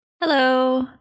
Hello